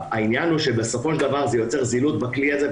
העניין הוא שבסופו של דבר זה יוצר זילות של הכלי הזה,